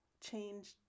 change